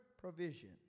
provision